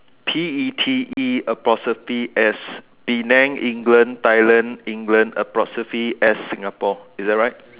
P E T E apostrophe S Penang England Thailand England apostrophe S Singapore is that right